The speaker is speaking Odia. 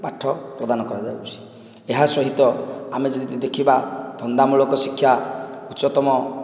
ପାଠ ପ୍ରଦାନ କରାଯାଉଛି ଏହାସହିତ ଆମେ ଯଦି ଦେଖିବା ଧନ୍ଦାମୂଳକ ଶିକ୍ଷା ଉଚ୍ଚତମ